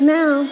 now